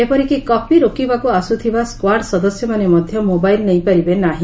ଏପରିକି କପି ରୋକିବାକୁ ଆସ୍ବୁଥିବା ସ୍କାଡ୍ ସଦସ୍ୟମାନେ ମଧ୍ଧ ମୋବାଇଲ୍ ନେଇପାରିବେ ନାହି